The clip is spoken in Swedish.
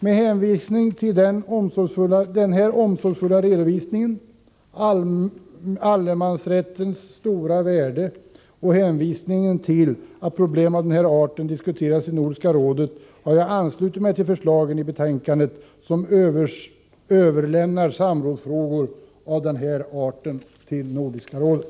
Med hänsyn till denna omsorgsfulla redovisning, allemansrättens stora värde och hänvisningen till att problem av denna art diskuteras i Nordiska rådet har jag anslutit mig till utskottets förslag att överlämna samrådsfrågor av denna art till Nordiska rådet.